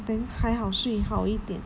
then 还好睡好一点